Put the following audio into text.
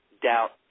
doubt